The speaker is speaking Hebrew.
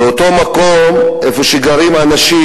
באותו מקום שגרים אנשים,